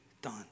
done